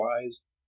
wise